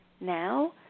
now